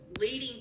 leading